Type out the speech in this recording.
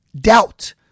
doubt